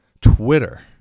Twitter